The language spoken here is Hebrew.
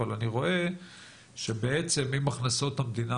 אבל אני רואה שבעצם אם הכנסות המדינה